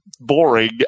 boring